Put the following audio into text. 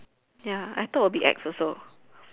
ya I thought would be ex also